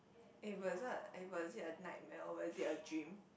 eh but is it eh but is it a nightmare or was it a dream